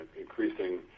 increasing